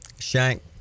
Shank